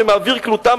שמאוויר קלוטה,